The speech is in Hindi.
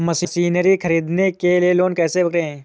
मशीनरी ख़रीदने के लिए लोन कैसे करें?